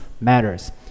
matters